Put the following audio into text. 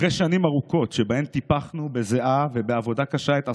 אחרי שנים ארוכות שבהן טיפחנו בזיעה ובעבודה קשה את עסקינו,